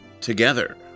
together